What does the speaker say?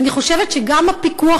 אני חושבת שגם הפיקוח,